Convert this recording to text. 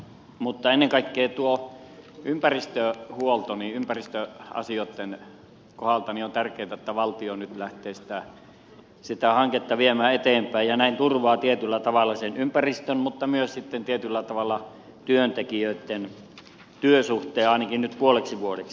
mutta ennen kaikkea tuo ympäristöhuolto eli ympäristöasioitten kohdalla on tärkeätä että valtio nyt lähtee sitä hanketta viemään eteenpäin ja näin turvaa tietyllä tavalla ympäristön mutta tietyllä tavalla myös työntekijöitten työsuhteen ainakin nyt puoleksi vuodeksi